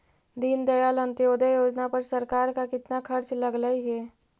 दीनदयाल अंत्योदय योजना पर सरकार का कितना खर्चा लगलई हे